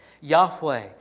Yahweh